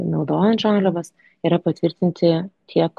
naudojant žaliavas yra patvirtinti tiek